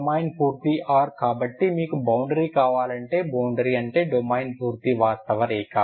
domain పూర్తి R కాబట్టి మీకు బౌండరీ కావాలంటే బౌండరీ అంటే డొమైన్ పూర్తి వాస్తవ రేఖ